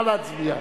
הסתייגות